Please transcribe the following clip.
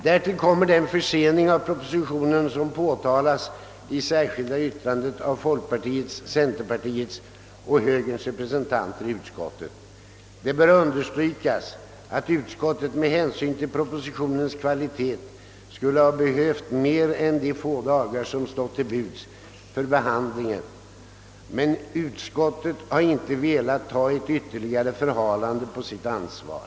Därtill kommer den försening av propositionen som påtalats i särskilt yttrande av folkpartiets, centerpartiets och högerns representanter i utskottet. Det bör understrykas att utskottet med hänsyn till propositionens kvalitet skulle behövt mer än de få dagar som stått till buds för behandlingen, men utskottet har inte velat ta ett ytterligare förhalande på sitt ansvar.